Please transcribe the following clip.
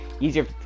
easier